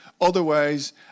Otherwise